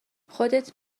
خودت